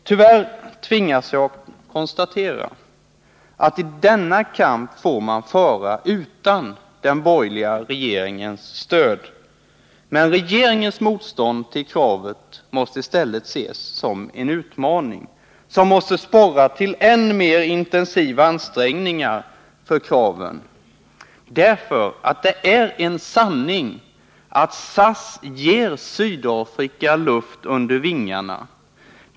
Tyvärr tvingas jag konstatera att denna kamp får man föra utan den borgerliga regeringens stöd. Men regeringens motstånd mot kravet måste ses som en utmaning, som måste sporra till än mer intensiva ansträngningar för kraven, därför att det är en sanning att SAS ger Sydafrika luft under vingarna.